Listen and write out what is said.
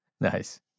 Nice